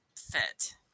fit